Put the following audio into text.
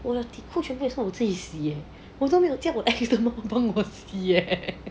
我的底裤都是我自己洗 leh 我都没有叫我 ex 的妈帮我洗